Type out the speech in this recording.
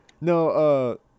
No